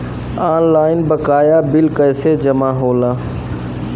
Online बकाया bill कैसे जमा होला?